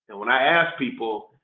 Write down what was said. when i ask people,